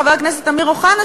חבר הכנסת אמיר אוחנה,